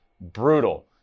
brutal